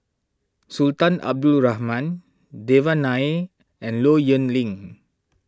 Sultan Abdul Rahman Devan Nair and Low Yen Ling